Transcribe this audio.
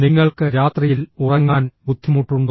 നിങ്ങൾക്ക് രാത്രിയിൽ ഉറങ്ങാൻ ബുദ്ധിമുട്ടുണ്ടോ